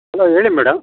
hello ಹೇಳಿ madam